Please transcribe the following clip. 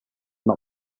not